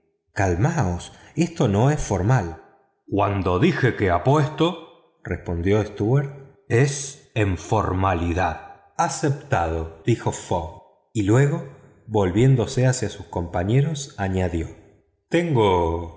calmaos esto no es formal cuando dije que apuesto respondió stuart es en formalidad aceptado dijo fogg y luego volviéndose hacia sus compañeros añadió tengo